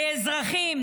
לאזרחים,